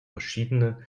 verschiedene